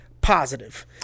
positive